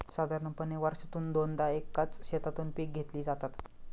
साधारणपणे वर्षातून दोनदा एकाच शेतातून पिके घेतली जातात